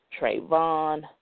Trayvon